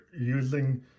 using